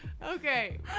Okay